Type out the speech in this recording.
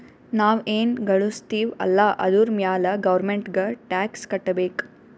ನಾವ್ ಎನ್ ಘಳುಸ್ತಿವ್ ಅಲ್ಲ ಅದುರ್ ಮ್ಯಾಲ ಗೌರ್ಮೆಂಟ್ಗ ಟ್ಯಾಕ್ಸ್ ಕಟ್ಟಬೇಕ್